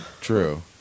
True